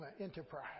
enterprise